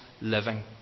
living